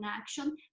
action